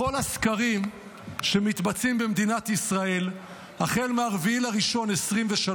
בכל הסקרים שמתבצעים במדינת ישראל החל מ-4 בינואר 2023,